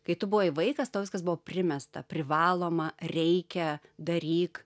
kai tu buvai vaikas tau viskas buvo primesta privaloma reikia daryk